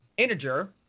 integer